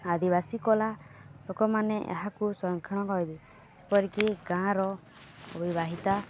ଆଦିବାସୀ କଲା ଲୋକମାନେ ଏହାକୁ ସଂରକ୍ଷଣ କରିବେ ଯେପରିକି ଗାଁର ଅବିବାହିତା